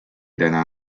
daarna